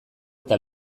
eta